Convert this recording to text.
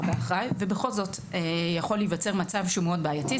באחראי ובכל זאת יכול להיווצר מצב שהוא מאוד בעייתי.